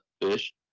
fish